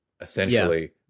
essentially